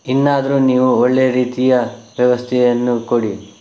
ಇನ್ನಾದರೂ ನೀವು ಒಳ್ಳೆಯ ರೀತಿಯ ವ್ಯವಸ್ಥೆಯನ್ನು ಕೊಡಿ